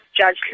Judge